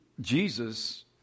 Jesus